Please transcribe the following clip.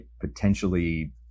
potentially